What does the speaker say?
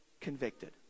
convicted